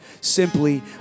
simply